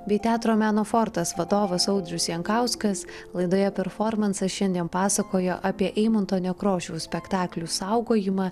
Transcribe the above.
bei teatro meno fortas vadovas audrius jankauskas laidoje performansas šiandien pasakojo apie eimunto nekrošiaus spektaklių saugojimą